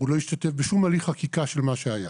והוא לא השתתף בשום הליך חקיקה של מה שהיה.